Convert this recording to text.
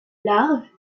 larves